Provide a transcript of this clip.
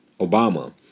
Obama